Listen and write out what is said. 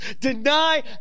deny